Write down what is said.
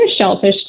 shellfish